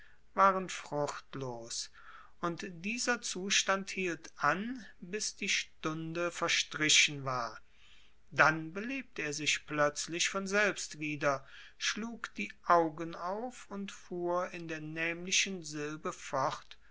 waren fruchtlos und dieser zustand hielt an bis die stunde verstrichen war dann belebte er sich plötzlich von selbst wieder schlug die augen auf und fuhr in der nämlichen silbe fort